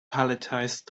palletized